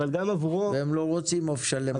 והם לא רוצים עוף שלם.